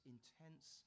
Intense